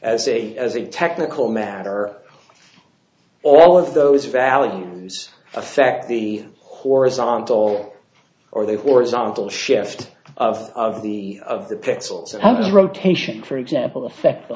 as a as a technical matter all of those values affect the horizontal or the horizontal shift of of the of the pixels and the rotation for example affect the